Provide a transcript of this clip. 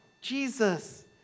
Jesus